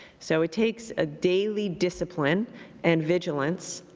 so it takes a daily discipline and vigilance.